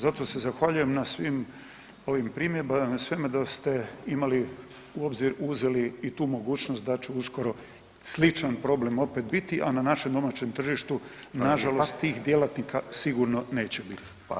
Zato se zahvaljujem na svim ovim primjedbama i na svemu da ste imali, u obzir uzeli i tu mogućnost da će uskoro sličan problem opet biti, a na našem domaćem tržištu nažalost tih djelatnika sigurno neće biti.